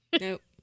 Nope